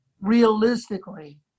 realistically